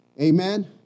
Amen